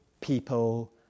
people